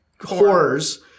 horrors